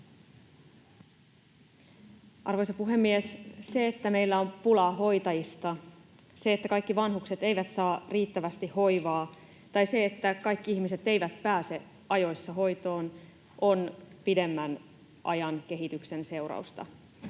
Arvoisa puhemies! Se, että meillä on pulaa hoitajista, se, että kaikki vanhukset eivät saa riittävästi hoivaa, tai se, että kaikki ihmiset eivät pääse ajoissa hoitoon, on pidemmän ajan kehityksen seurausta.